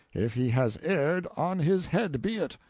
if he has erred, on his head be it.